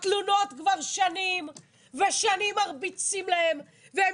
התלונות כבר שנים ושנים מרביצים להם והם